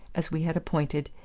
as we had appointed,